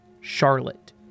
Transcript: Charlotte